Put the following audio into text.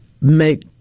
make